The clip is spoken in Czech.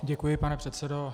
Děkuji, pane předsedo.